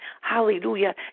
hallelujah